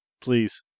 Please